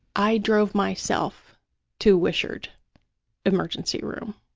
i drove myself to wishard emergency room,